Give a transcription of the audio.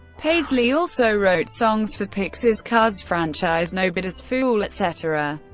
paisley also wrote songs for pixar's cars franchise, nobody's fool, etc.